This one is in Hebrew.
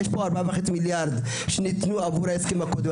4.5 מיליארד שניתנו עבור ההסכם הקואליציוני.